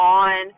on –